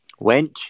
Wench